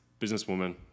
businesswoman